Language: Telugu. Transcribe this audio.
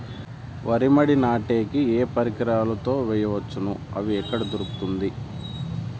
వరి మడి నాటే కి ఏ పరికరాలు తో వేయవచ్చును అవి ఎక్కడ దొరుకుతుంది?